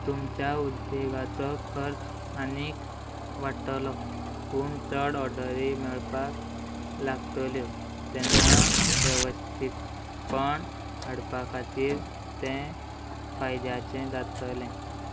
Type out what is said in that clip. तुमच्या उद्देगाचो खर्च आनीक वाडटलो पूण चड ऑर्डरी मेळपाक लागतल्यो तेन्ना वेवस्थीतपण हाडपा खातीर तें फायद्याचें जातलें